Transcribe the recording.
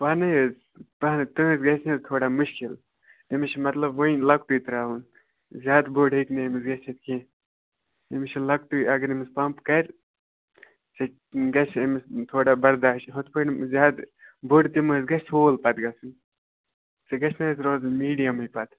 وَنے حظ تُہٕنٛز تُہٕنٛز گژھِ نہَ حظ تھوڑا مُشکِل أمِس چھِ مطلب وُنہِ لۄکٹُے ترٛاوُن زیادٕ بوٚڈ ہیٚکہِ نہٕ أمِس گٔژھِتھ کیٚنٛہہ أمِس چھِ لۄکٹُے اگر أمِس پَمپ کَرِ سُہ گَژھِ أمِس تھوڑا بَرداش ہُتھٕ پٲٹھۍ زیادٕ بٔڈۍ تِم حظ گَژھِ ہول پَتہٕ گَژھٕنۍ سُہ گژھِ نہٕ حظ روزُن میٖڈیَمٕے پَتہٕ